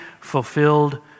fulfilled